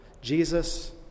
Jesus